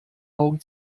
augen